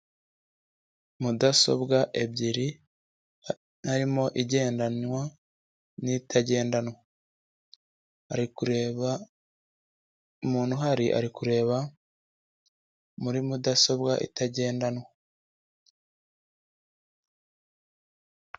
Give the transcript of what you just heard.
Mudasobwa ebyiri harimo igendanwa n'itagendanwa, ari kureba umuntu uhari ari kureba muri mudasobwa itagendanwa.